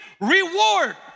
reward